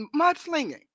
mudslinging